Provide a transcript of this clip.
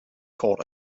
court